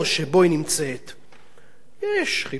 יש חילונים, יש ערבים,